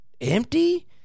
empty